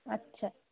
আচ্ছা